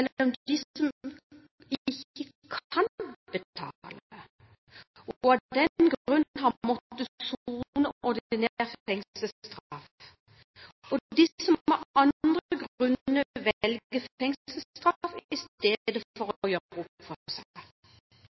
som ikke kan betale, og som av den grunn har måttet sone ordinær fengselsstraff, og dem som av andre grunner velger fengselsstraff i stedet for å gjøre opp for seg. Vi deler noen av høringsinstansenes kritikk av det